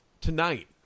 tonight